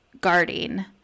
guarding